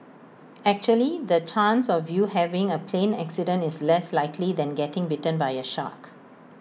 actually the chance of you having A plane accident is less likely than getting bitten by A shark